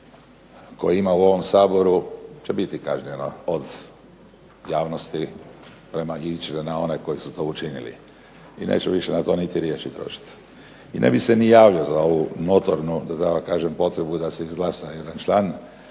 koje ima u ovom Saboru će biti kažnjeno od javnosti …/Ne razumije se./… na one koji su to učinili. I neću više na to niti riječi trošiti. I ne bi se ni javio za ovu notornu, da kažem potrebu da se izglasa jedan član,